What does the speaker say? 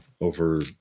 over